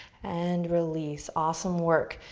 and release, awesome work.